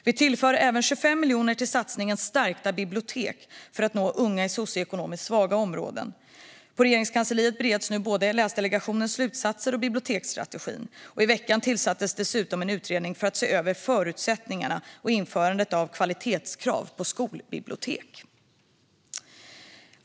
Vi tillför även 25 miljoner till satsningen Stärkta bibliotek för att nå unga i socioekonomiskt svaga områden. På Regeringskansliet bereds nu både Läsdelegationens slutsatser och biblioteksstrategin, och i veckan tillsattes dessutom en utredning för att se över förutsättningarna för och införandet av kvalitetskrav på skolbibliotek.